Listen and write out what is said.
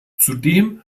zudem